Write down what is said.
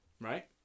right